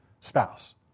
spouse